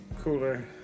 cooler